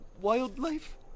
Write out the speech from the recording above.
wildlife